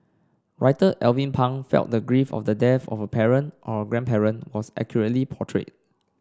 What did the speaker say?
Writer Alvin Pang felt the grief of the death of a parent or a grandparent was accurately portrayed